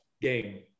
game